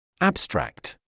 Abstract